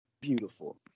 Beautiful